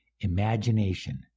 Imagination